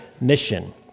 mission